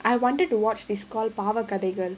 I wanted to watch this call Paava Kadhaigal kadhaigal